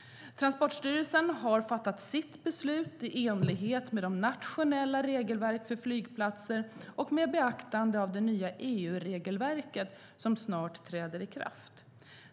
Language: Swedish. Transportstyrelsen har fattat sitt beslut i enlighet med det nationella regelverket för flygplatser och med beaktande av det nya EU-regelverket, som snart träder i kraft.